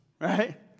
right